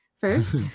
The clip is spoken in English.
first